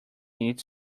its